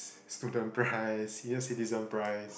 student price senior citizen price